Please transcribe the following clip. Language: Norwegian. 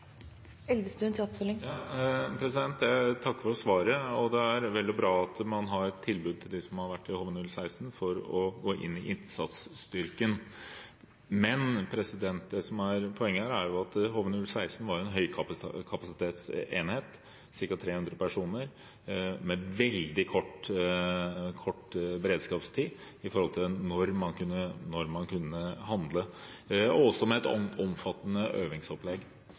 Jeg takker for svaret. Det er vel og bra at man har tilbud til dem som har vært i HV-016 om å gå inn i innsatsstyrken. Men det som er poenget her, er at HV-016 var en høykapasitetsenhet, ca. 300 personer, med veldig kort beredskapstid i forhold til når man kunne handle, og også med et omfattende øvingsopplegg.